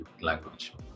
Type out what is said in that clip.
language